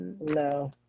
No